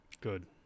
Good